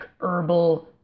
herbal